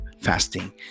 fasting